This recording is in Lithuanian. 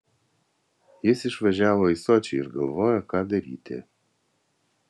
jis išvažiavo į sočį ir galvoja ką daryti